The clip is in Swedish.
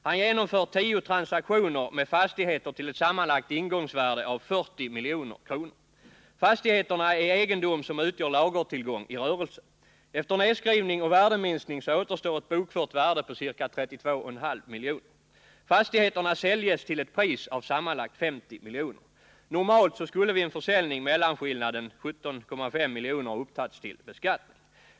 Han genomför 10 transaktioner med fastigheter till ett sammanlagt ingångsvärde av 40 milj.kr. Fastigheterna är egendom som utgör lagertillgång i rörelsen. Efter nedskrivning och värdeminskning återstår ett bokfört värde på ca 32,5 miljoner. Fastigheterna säljs till ett pris av sammanlagt 50 miljoner. Normalt skulle vid en försäljning mellanskillnaden, 17,5 miljoner, ha tagits upp till beskattning.